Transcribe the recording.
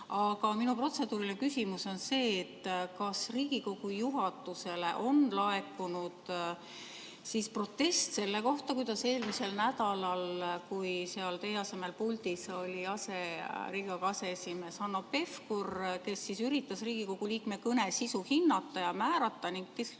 Aga minu protseduuriline küsimus on see: kas Riigikogu juhatusele on laekunud protest selle kohta, kuidas eelmisel nädalal, kui seal teie asemel puldis oli Riigikogu aseesimees Hanno Pevkur, kes siis üritas Riigikogu liikme kõne sisu hinnata ja määrata ning diskretsiooni